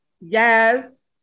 Yes